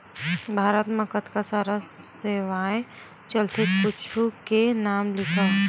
भारत मा कतका सारा सेवाएं चलथे कुछु के नाम लिखव?